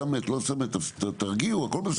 סמט לא סמט, תרגיעו, הכול בסדר.